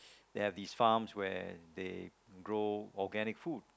they have this farm where they grow organic food